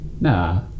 nah